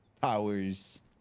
powers